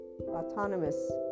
autonomous